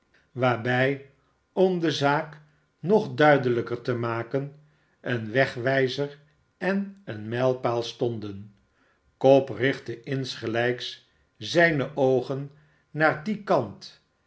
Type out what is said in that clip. waarbij om de zaak nog duidelijker te maken een wegwijzer en een mijlpaal stonden cobb richtte insgelijks zijne oogen naar dien kant